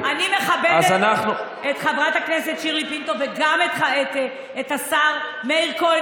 אני מכבדת את חברת הכנסת שירלי פינטו וגם את השר מאיר כהן.